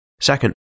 Second